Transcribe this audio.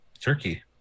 Turkey